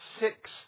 Six